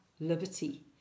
liberty